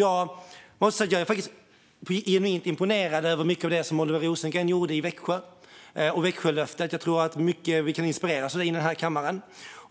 Jag måste säga att jag är genuint imponerad av mycket av det som Oliver Rosengren gjorde i Växjö och av Växjölöftet. Jag tror att vi kan inspireras mycket av det i den här kammaren.